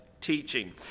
teaching